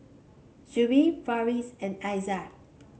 Shuib Farish and Aizat